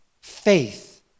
faith